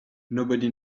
nobody